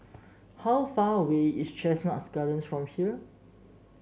how far away is Chestnut Gardens from here